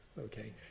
okay